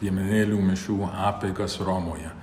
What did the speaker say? piemenėlių mišių apeigas romoje